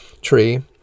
tree